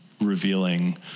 revealing